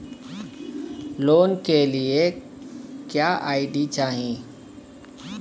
Loan के लिए क्या आई.डी चाही?